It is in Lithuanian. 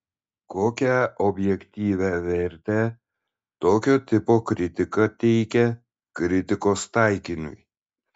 kokią objektyvią vertę tokio tipo kritika teikia kritikos taikiniui